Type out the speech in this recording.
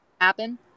happen